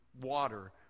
water